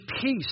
peace